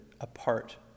apart